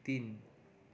तिन